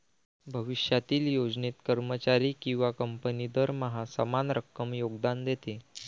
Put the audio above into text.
भविष्यातील योजनेत, कर्मचारी किंवा कंपनी दरमहा समान रक्कम योगदान देते